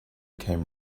came